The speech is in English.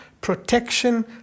protection